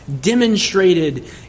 demonstrated